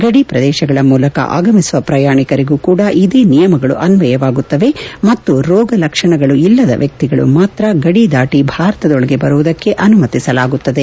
ಗಡಿ ಪ್ರದೇಶಗಳ ಮೂಲಕ ತೆಗಮಿಸುವ ಪ್ರಯಾಣಿಕರಿಗೂ ಕೂಡಾ ಇದೇ ನಿಯಮಗಳು ಅನ್ವಯವಾಗುತ್ತವೆ ಮತ್ತು ರೋಗಲಕ್ಷಣಗಳಿಲ್ಲದ ವ್ಹಿತಿಗಳಿಗೆ ಮಾತ್ರಾ ಗಡಿ ದಾಟಿ ಭಾರತದೊಳಗೆ ಬರುವುದಕ್ಕೆ ಅನುಮತಿಸಲಾಗುತ್ತದೆ